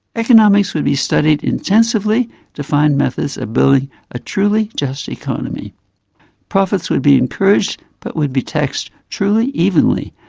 economics would be studied intensively to find methods of building a truly just economy profits would be encouraged but would be taxed truly evenly,